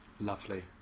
Lovely